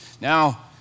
Now